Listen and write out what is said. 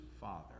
father